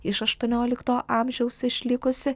iš aštuoniolikto amžiaus išlikusį